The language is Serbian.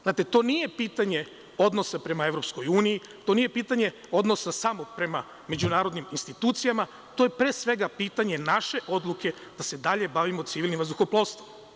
Znate, to nije pitanje odnosa prema EU, to nije pitanje odnosa samo prema međunarodnim institucijama, to je pre svega pitanje naše odluke da se dalje bavimo civilnim vazduhoplovstvom.